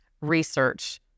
research